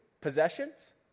possessions